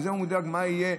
מזה הוא מודאג מה יהיה,